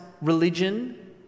religion